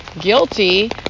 guilty